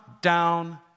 down